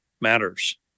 matters